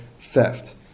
theft